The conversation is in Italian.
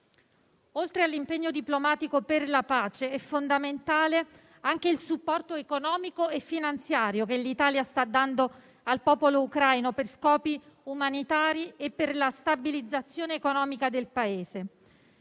Oltre all'impegno diplomatico per la pace, è fondamentale il supporto economico e finanziario che l'Italia sta dando al popolo ucraino per scopi umanitari e per la stabilizzazione economica del Paese.